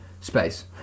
Space